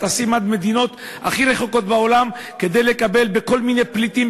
הם טסים עד המדינות הכי רחוקות בעולם כדי לטפל בכל מיני פליטים,